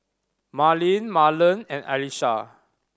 Marlene Marland and Alysha